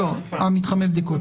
מתחמי הבדיקות.